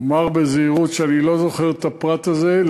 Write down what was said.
אומר בזהירות שאני לא זוכר את הפרט הזה.